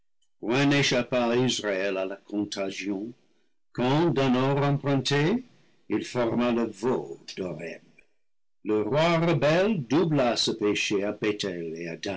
à la contagion quand d'un or emprunté il forma le veau d'oreb le roi rebelle doubla ce péché